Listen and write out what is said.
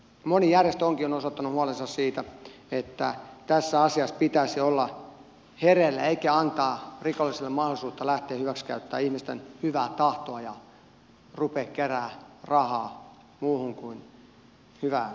moni järjestö onkin jo osoittanut huolensa siitä että tässä asiassa pitäisi olla hereillä eikä antaa rikollisille mahdollisuutta lähteä hyväksikäyttämään ihmisten hyvää tahtoa ja ruveta keräämään rahaa muuhun kuin hyvään tarkoitukseen